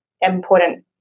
important